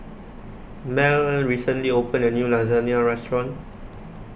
Mel recently opened A New Lasagne Restaurant